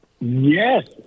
Yes